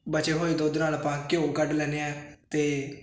ਬਚੇ ਹੋਏ ਦੁੱਧ ਨਾਲ ਆਪਾਂ ਘਿਓ ਕੱਢ ਲੈਂਦੇ ਹਾਂ ਅਤੇ